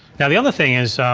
now the other thing is,